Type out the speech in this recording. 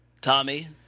Tommy